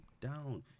down